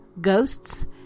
ghosts